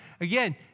again